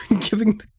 giving